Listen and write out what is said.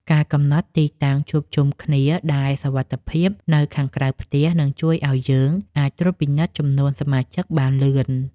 ការកំណត់ទីតាំងជួបជុំគ្នាដែលសុវត្ថិភាពនៅខាងក្រៅផ្ទះនឹងជួយឱ្យយើងអាចត្រួតពិនិត្យចំនួនសមាជិកបានលឿន។